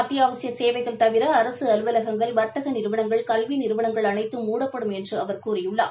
அத்தியாவசிய சேவைகள் தவிர அரசு அலுவலகங்கள் வாத்தக நிறுவனங்கள் கல்வி நிறுவனங்கள் அனைத்தும் மூடப்படும் என்று அவர் கூறியுள்ளார்